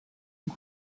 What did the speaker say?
you